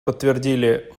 подтвердили